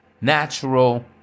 natural